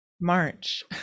march